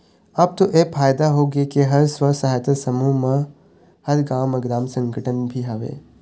अब तो ऐ फायदा होगे के हर स्व सहायता समूह म हर गाँव म ग्राम संगठन भी हवय